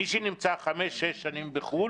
רוצה את הסמ"ס של דין ליבנה כמה מעטפות היו לדוד ביטן,